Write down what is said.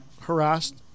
harassed